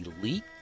Elite